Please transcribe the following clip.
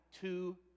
two